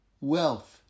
wealth